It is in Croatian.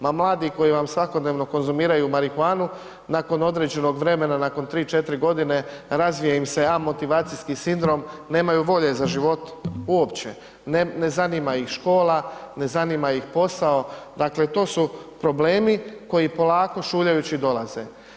Ma mladi koji vam svakodnevno konzumiraju marihuanu nakon određenog vremena, nakon 3-4.g. razvije im se amotivacijski sindrom, nemaju volje za životom uopće, ne zanima ih škola, ne zanima ih posao, dakle to su problemi koji polako šuljajući dolaze.